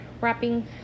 wrapping